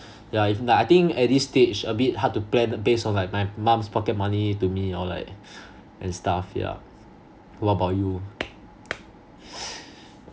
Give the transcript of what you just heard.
yeah if like I think at this stage a bit hard to plan based on like my mum's pocket money to me or like and stuff yeah what about you